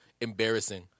Embarrassing